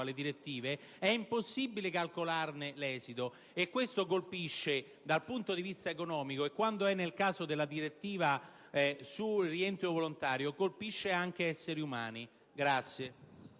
le direttive, è impossibile calcolarne l'esito. Questo problema ha ricadute dal punto di vista economico, ma nel caso della direttiva sul rientro volontario colpisce anche esseri umani.